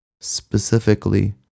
Specifically